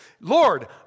Lord